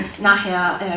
nachher